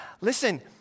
Listen